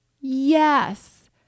Yes